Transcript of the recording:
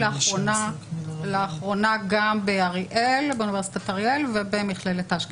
ולאחרונה גם באוניברסיטת אריאל ובאשקלון.